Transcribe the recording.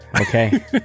Okay